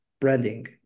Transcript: branding